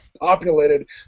populated